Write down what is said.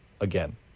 again